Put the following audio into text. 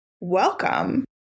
Welcome